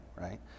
right